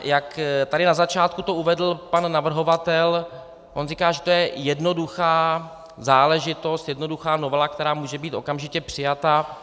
Jak tady na začátku to uvedl pan navrhovatel, on říká, že to je jednoduchá záležitost, jednoduchá novela, která může být okamžitě přijata.